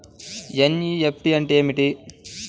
NEFT అంటే ఏమిటి?